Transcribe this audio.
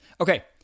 Okay